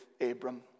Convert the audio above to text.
Abram